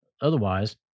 Otherwise